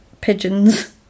pigeons